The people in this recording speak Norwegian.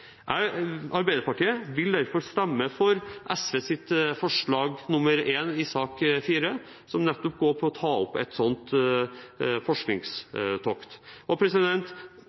Arbeiderpartiet vil derfor stemme for SVs forslag 1 i sak nr. 4, som nettopp handler om å ta opp et sånt forskningstokt.